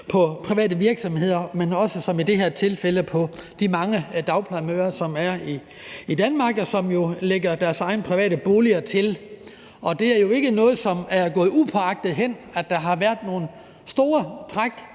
på private virksomheder, men også som i det her tilfælde på de mange dagplejemødre, som er i Danmark, og som jo lægger deres egne private boliger til. Det er ikke gået upåagtet hen, at der har været nogle store træk